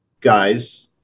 guys